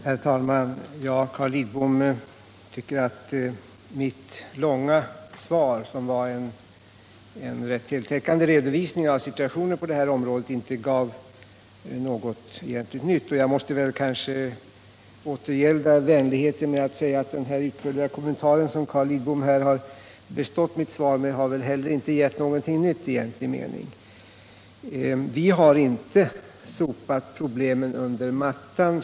Herr talman! Carl Lidbom tycker att mitt ganska långa svar, som var en rätt heltäckande redovisning av situationen på det här området, inte gav något egentligt nytt. Jag måste återgälda vänligheten med att säga = Nr 25 att den utförliga kommentar som Carl Lidbom har bestått mitt svar med Fredagen den egentligen inte heller har gett något nytt. Vi har inte sopat problemen 11 november 1977 under mattan.